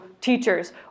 teachers